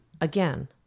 again